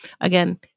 Again